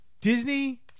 Disney